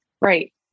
Right